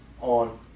on